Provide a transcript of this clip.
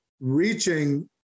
reaching